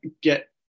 get